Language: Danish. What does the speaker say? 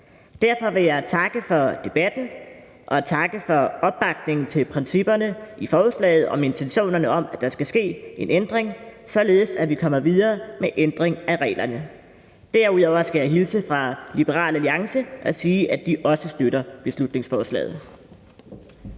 Derfor vil jeg takke for debatten og takke for opbakningen til principperne i forslaget og intentionerne om, at der skal ske en ændring, således at vi kommer videre med en ændring af reglerne. Derudover skal jeg hilse fra Liberal Alliance og sige, at de også støtter beslutningsforslaget.